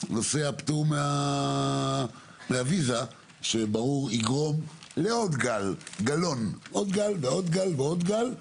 ונושא הפטור מוויזה שיגרום לעוד גל ועוד גל ועוד גל,